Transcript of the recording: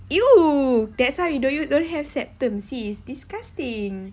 !eww! that's why you don't you don't have sis disgusting